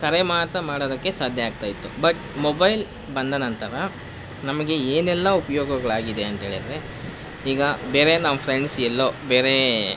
ಕರೆ ಮಾತ್ರ ಮಾಡೋದಕ್ಕೆ ಸಾಧ್ಯ ಆಗ್ತಾಯಿತ್ತು ಬಟ್ ಮೊಬೈಲ್ ಬಂದ ನಂತರ ನಮಗೆ ಏನೆಲ್ಲ ಉಪಯೋಗಗಳಾಗಿದೆ ಅಂತೇಳಿದರೆ ಈಗ ಬೇರೆ ನಮ್ಮ ಫ್ರೆಂಡ್ಸ್ ಎಲ್ಲೋ ಬೇರೆ